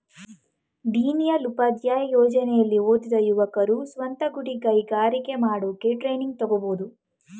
ದೀನದಯಾಳ್ ಉಪಾಧ್ಯಾಯ ಯೋಜನೆಲಿ ಓದಿದ ಯುವಕರು ಸ್ವಂತ ಗುಡಿ ಕೈಗಾರಿಕೆ ಮಾಡೋಕೆ ಟ್ರೈನಿಂಗ್ ತಗೋಬೋದು